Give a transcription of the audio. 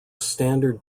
standard